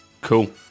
Cool